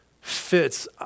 fits